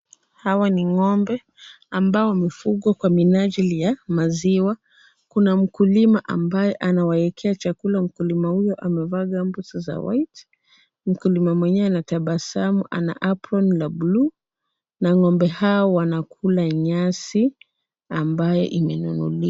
Hawa ni ng'ombe ambao wamefugwa kwa minajili ya maziwa. Kuna mkulima ambaye anawaekea chakula. Mkulima huyo amevaa gumboots za white. Mkulima mwenyewe anatabasamu ana apron ya bluu na ngombe hao wanakula nyasi ambayo imenunuliwa.